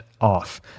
off